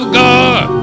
god